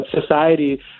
society